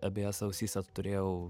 abiejose ausyse turėjau